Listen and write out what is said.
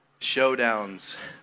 showdowns